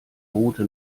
route